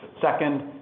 Second